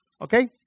Okay